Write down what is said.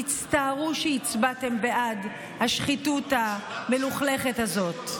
תצטערו שהצבעתם בעד השחיתות המלוכלכת הזאת.